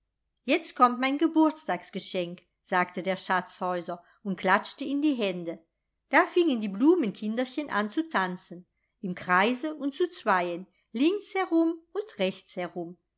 jetzt kommt mein geburtstagsgeschenk sagte der schatzhäuser und klatschte in die hände da fingen die blumenkinderchen an zu tanzen im kreise und zu zweien links herum und rechts herum